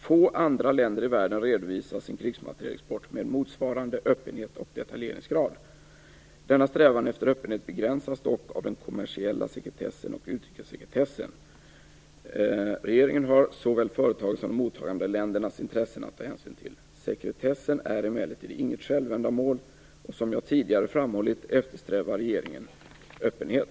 Få andra länder i världen redovisar sin krigsmaterielexport med motsvarande öppenhet och detaljeringsgrad. Denna strävan efter öppenhet begränsas dock av den kommersiella sekretessen och utrikessekretessen. Regeringen har såväl företagens som de mottagande ländernas intressen att ta hänsyn till. Sekretessen är emellertid inget självändamål, och som jag tidigare framhållit eftersträvar regeringen öppenhet.